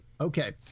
Okay